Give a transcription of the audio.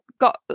got